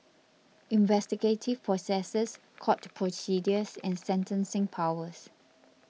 investigative processes court procedures and sentencing powers